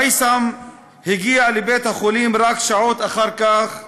מייסם הגיע לבית-החולים רק שעות אחר כך,